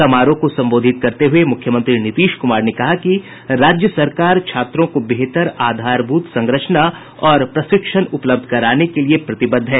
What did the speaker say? समारोह को संबोधित करते हुये मुख्यमंत्री नीतीश कुमार ने कहा कि राज्य सरकार छात्रों को बेहतर आधारभूत संरचना और प्रशिक्षण उपलब्ध कराने के लिए प्रतिबद्ध है